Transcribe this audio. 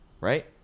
Right